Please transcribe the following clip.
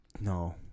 No